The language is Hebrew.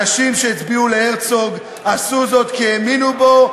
אנשים שהצביעו להרצוג עשו זאת כי הם האמינו בו,